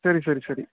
சரி சரி சரி